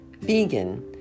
vegan